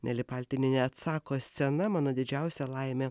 neli paltinienė atsako scena mano didžiausia laimė